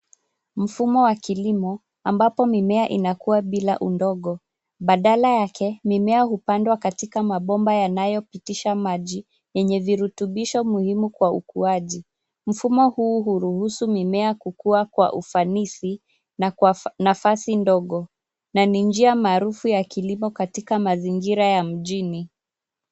Mfumo wa kilimo ambapo mimea inakua bila udongo. Badala yake, mimea hupandwa katika mabomba yanayopitisha maji yenye virutubisho muhimu kwa ukuaji. Mfumo huu huruhusu mimea kukua kwa ufanisi na kwa nafasi ndogo, na ni njia maarufu ya kilimo katika mazingira ya mjini.